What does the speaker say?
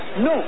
no